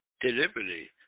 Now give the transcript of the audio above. deliberately